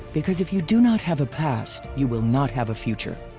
because if you do not have a past you will not have a future.